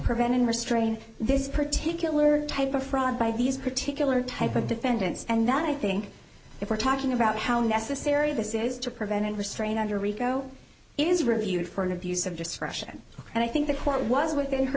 prevent in restrain this particular type of fraud by these particular type of defendants and that i think if we're talking about how necessary this is to prevent and restrain under rico is reviewed for an abuse of discretion and i think the court was within her